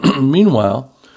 Meanwhile